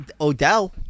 Odell